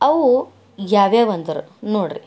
ಅವು ಯಾವ್ಯಾವು ಅಂದ್ರೆ ನೋಡ್ರಿ